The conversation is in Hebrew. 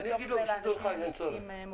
ובתוך זה לאנשים עם מוגבלויות.